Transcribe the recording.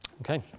Okay